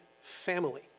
family